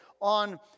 on